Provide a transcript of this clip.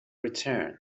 return